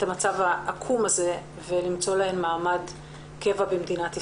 המצב העקום הזה ולמצוא להן מעמד קבע במדינת ישראל.